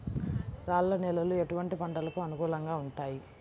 రాళ్ల నేలలు ఎటువంటి పంటలకు అనుకూలంగా ఉంటాయి?